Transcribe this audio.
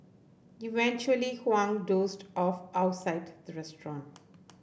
eventually Huang dozed off outside the restaurant